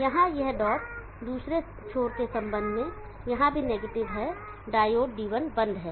यहां यह डॉट दूसरे छोर के संबंध में यहां भी नेगेटिव है डायोड D1 बंद है